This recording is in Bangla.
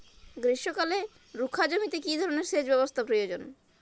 গ্রীষ্মকালে রুখা জমিতে কি ধরনের সেচ ব্যবস্থা প্রয়োজন?